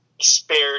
spared